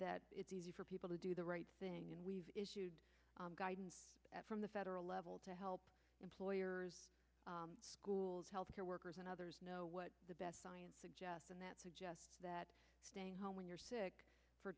that it's easy for people to do the right thing and we've issued guidance from the federal level to help employers schools health care workers and others know what the best science suggests and that suggests that staying home when you're sick for